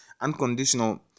unconditional